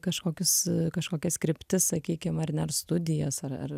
kažkokius kažkokias kryptis sakykim ar ne ar studijas ar ar